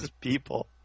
People